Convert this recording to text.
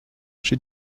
she